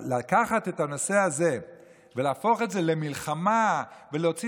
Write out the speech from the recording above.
לקחת את הנושא הזה ולהפוך את זה למלחמה ולהוציא